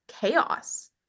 chaos